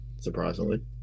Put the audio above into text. surprisingly